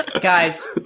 Guys